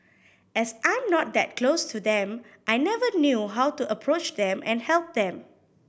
as I'm not that close to them I never knew how to approach them and help them